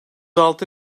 altı